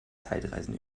zeitreisen